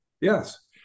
Yes